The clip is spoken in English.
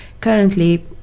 currently